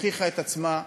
הוכיחה את עצמה.